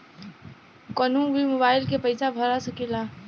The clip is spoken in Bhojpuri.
कन्हू भी मोबाइल के पैसा भरा सकीला?